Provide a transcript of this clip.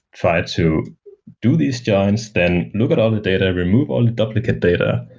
try to do these joins, then look at all the data, remove all duplicate data,